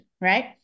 right